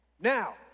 Now